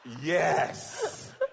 Yes